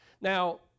Now